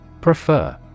prefer